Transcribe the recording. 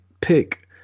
pick